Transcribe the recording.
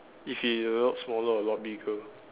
if he a lot smaller a lot bigger